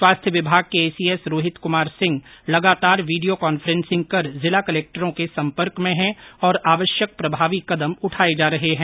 स्वास्थ्य विभाग के एसीएस रोहित कुमार सिंह लगातार वीडियो कांफ्रेंसिंग कर जिला कलक्टरों के सम्पर्क में है और आवश्यक प्रभावी कदम उठाये जा रहे है